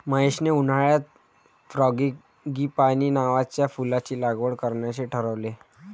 महेशने उन्हाळ्यात फ्रँगीपानी नावाच्या फुलाची लागवड करण्याचे ठरवले